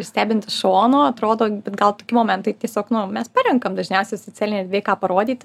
stebint iš šono atrodo gal toki momentai tiesiog nu mes parenkam dažniausiai socialinėj erdvėj ką parodyti